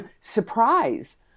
surprise